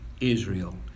Israel